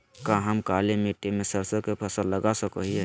का हम काली मिट्टी में सरसों के फसल लगा सको हीयय?